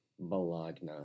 balagna